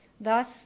Thus